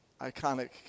iconic